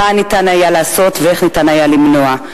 מה ניתן היה לעשות ואיך ניתן היה למנוע.